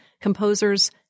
composers